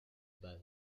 base